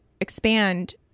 expand